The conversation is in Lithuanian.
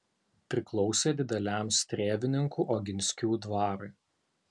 priklausė dideliam strėvininkų oginskių dvarui